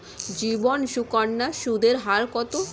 জীবন সুকন্যা সুদের হার কত?